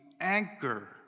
anchor